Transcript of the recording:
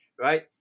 right